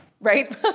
right